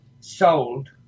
sold